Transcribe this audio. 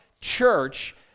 church